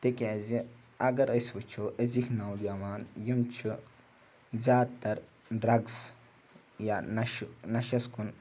تِکیٛازِ اگر أسۍ وٕچھو أزِکۍ نوجوان یِم چھِ زیادٕتَر ڈرٛگٕز یا نَشہِ نَشَش کُن